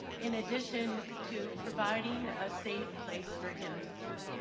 in addition to providing a safe place for him to be.